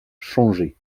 changé